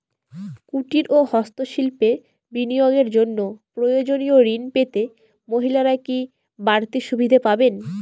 কুটীর ও হস্ত শিল্পে বিনিয়োগের জন্য প্রয়োজনীয় ঋণ পেতে মহিলারা কি বাড়তি সুবিধে পাবেন?